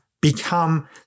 become